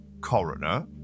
Coroner